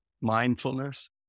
mindfulness